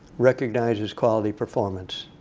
recognizes quality performance.